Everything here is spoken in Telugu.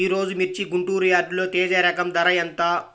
ఈరోజు మిర్చి గుంటూరు యార్డులో తేజ రకం ధర ఎంత?